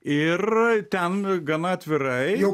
ir ten gana atvirai